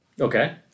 Okay